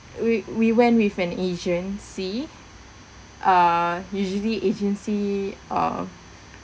we we went with an agency err usually agency uh